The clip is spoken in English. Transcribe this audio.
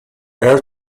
air